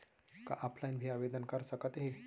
का ऑफलाइन भी आवदेन कर सकत हे?